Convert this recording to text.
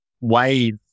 wave